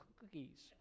cookies